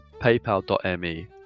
paypal.me